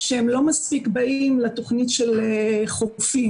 שהם לא מספיק באים לתוכנית של "חופים",